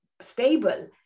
stable